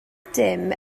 dim